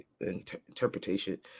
interpretation